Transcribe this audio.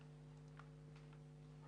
למבקר המדינה